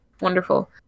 Wonderful